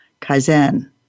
kaizen